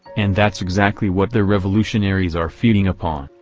and that's exactly what the revolutionaries are feeding upon,